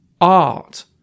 art